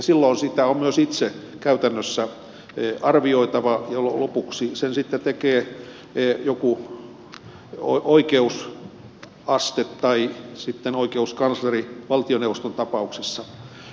silloin sitä on myös itse käytännössä arvioitava ja lopuksi sen sitten tekee joku oikeusaste tai sitten oikeuskansleri valtioneuvoston tapauksessa